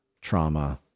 trauma